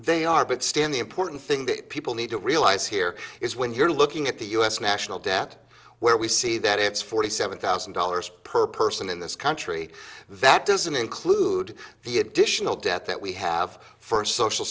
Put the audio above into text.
they are big stan the important thing that people need to realize here is when you're looking at the u s national debt where we see that it's forty seven thousand dollars per person in this country that doesn't include the additional debt that we have for social